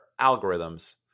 algorithms